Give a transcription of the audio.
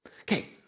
Okay